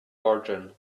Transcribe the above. bargain